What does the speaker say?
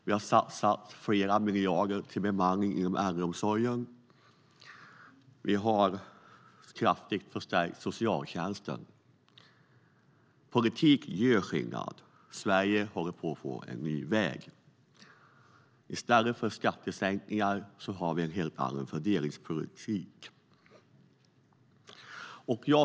Vi har satsat flera miljarder på bemanning inom äldreomsorgen. Vi har kraftigt förstärkt socialtjänsten. Politik gör skillnad. Sverige håller på att få en ny väg. I stället för skattesänkningar har vi en helt annan fördelningspolitik.